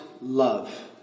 love